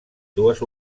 dues